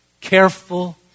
Careful